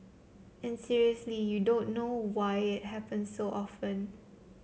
and seriously you don't know why it happens so often